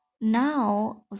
Now